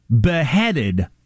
beheaded